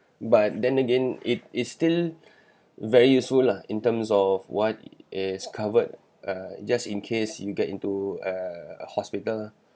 but then again it is still very useful lah in terms of what is covered uh just in case you get into a hospital ah